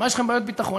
יש לכם בעיות ביטחון?